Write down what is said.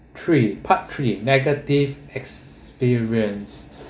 three part three negative experiences